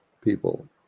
people